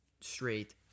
straight